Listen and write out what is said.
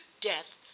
death